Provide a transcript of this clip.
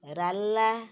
ରାଲା